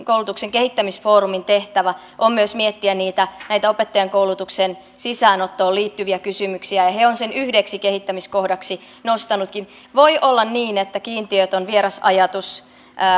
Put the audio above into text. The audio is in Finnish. kehittämisfoorumin tehtävä on myös miettiä näitä opettajankoulutuksen sisäänottoon liittyviä kysymyksiä ja he ovat sen yhdeksi kehittämiskohdaksi nostaneetkin voi olla niin että kiintiöt on vieras ajatus